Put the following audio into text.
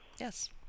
yes